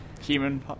human